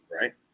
right